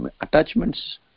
attachments